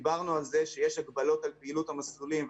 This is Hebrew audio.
דיברנו על זה שיש הגבלות על פעילות המסלולים,